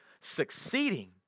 succeeding